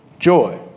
joy